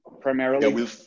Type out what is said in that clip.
primarily